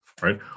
right